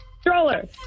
Stroller